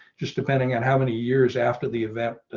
just depending on how many years after the event,